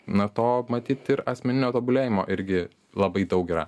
na to matyt ir asmeninio tobulėjimo irgi labai daug yra